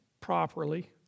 properly